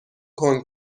کنگ